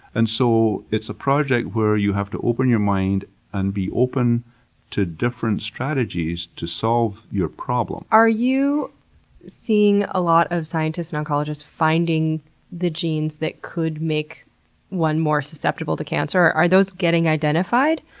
and so it's a project where you have to open your mind and be open to different strategies to solve your problem. are you seeing a lot of scientists and oncologists finding the genes that could make one more susceptible to cancer? are those getting identified?